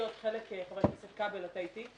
חבר הכנסת כבל, אתה איתי?